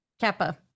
kappa